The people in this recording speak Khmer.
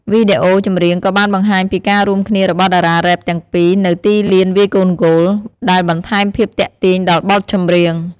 វីដេអូចម្រៀងក៏បានបង្ហាញពីការរួមគ្នារបស់តារារ៉េបទាំងពីរនៅទីលានវាយកូនហ្គោល ដែលបន្ថែមភាពទាក់ទាញដល់បទចម្រៀង។